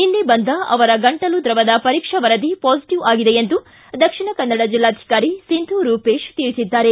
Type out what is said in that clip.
ನಿನ್ನೆ ಬಂದ ಅವರ ಗಂಟಲು ದ್ರವದ ಪರೀಕ್ಷಾ ವರದಿ ಪಾಸಿಟವ್ ಆಗಿದೆ ಎಂದು ಎಂದು ದಕ್ಷಿಣ ಕನ್ನಡ ಜಿಲ್ಲಾಧಿಕಾರಿ ಸಿಂಧೂ ರೂಪೇಶ್ ತಿಳಿಸಿದ್ದಾರೆ